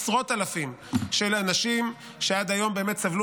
עשרות אלפים של אנשים שעד היום באמת סבלו